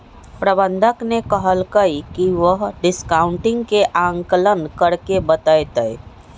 प्रबंधक ने कहल कई की वह डिस्काउंटिंग के आंकलन करके बतय तय